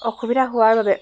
অসুবিধা হোৱাৰ বাবে